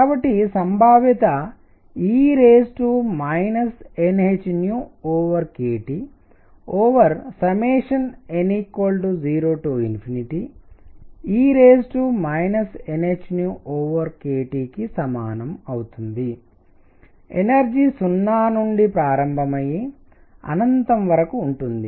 కాబట్టి సంభావ్యత e nhkTn 0e nhkTకు సమానం అవుతుందిఎనర్జీ 0 నుండి ప్రారంభమయ్యి అనంతం వరకు ఉంటుంది